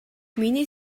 миний